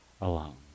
alone